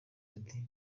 ati